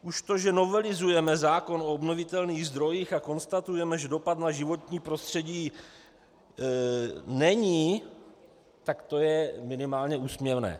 Už to, že novelizujeme zákon o obnovitelných zdrojích a konstatujeme, že dopad na životní prostředí není, tak to je minimálně úsměvné.